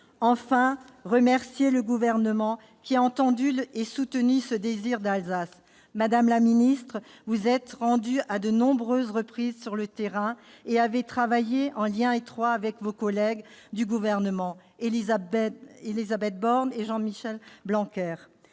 aussi remercier le Gouvernement, qui a entendu et soutenu ce « désir d'Alsace ». Madame la ministre, vous vous êtes rendue à de nombreuses reprises sur le terrain et avez travaillé en lien étroit avec vos collègues du Gouvernement, Élisabeth Borne et Jean-Michel Blanquer.